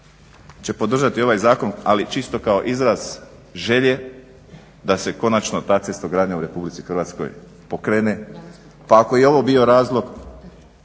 će podržati ovaj zakon, ali čisto kao izraz želje da se konačno ta cestogradnja u Republici Hrvatskoj pokrene pa ako je ovo bio razlog